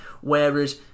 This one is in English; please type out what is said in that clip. whereas